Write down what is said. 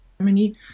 Germany